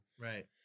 right